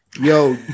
yo